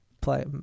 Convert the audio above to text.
play